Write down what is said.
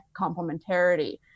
complementarity